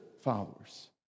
followers